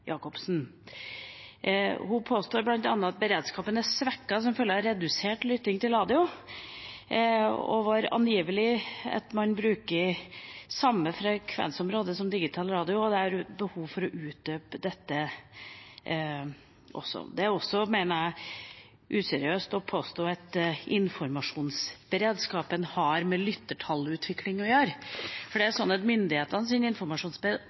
Sem-Jacobsen. Hun påstår bl.a. at beredskapen er svekket som følge av redusert lytting til radio, og at Forsvaret angivelig bruker samme frekvensområde som digital radio, og da har jeg et behov for å utdype dette. Det er også, mener jeg, useriøst å påstå at informasjonsberedskapen har med lyttertallutvikling å gjøre, for myndighetenes informasjonsberedskap baserer seg ikke bare på radio som kanal for viktige meldinger. Radio er